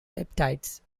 peptides